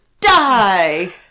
die